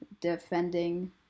defending